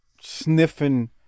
sniffing